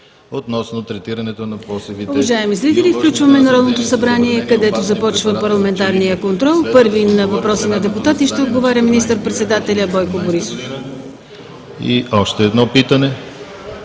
относно третирането на посевите